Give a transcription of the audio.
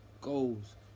goals